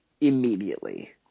immediately